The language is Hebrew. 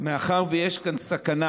מאחר שיש כאן סכנה